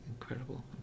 incredible